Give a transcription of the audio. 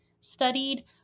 studied